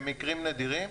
הם מקרים נדירים,